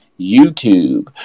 YouTube